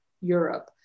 Europe